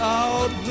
out